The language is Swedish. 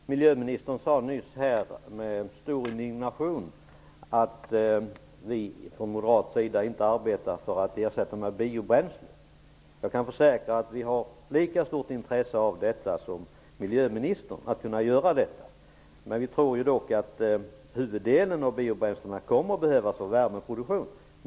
Fru talman! Miljöministern sade nyss, med stor indignation, att vi från moderat sida inte arbetar för att ersätta kärnkraften med biobränslen. Jag kan försäkra att vi har lika stort intresse som miljöministern av att kunna göra detta. Vi tror dock att huvuddelen av biobränslena kommer att behövas för värmeproduktion.